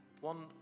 One